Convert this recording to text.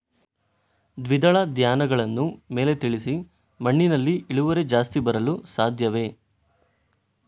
ದ್ವಿದಳ ಧ್ಯಾನಗಳನ್ನು ಮೇಲೆ ತಿಳಿಸಿ ಮಣ್ಣಿನಲ್ಲಿ ಇಳುವರಿ ಜಾಸ್ತಿ ಬರಲು ಸಾಧ್ಯವೇ?